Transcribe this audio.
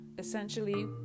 essentially